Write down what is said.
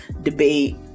debate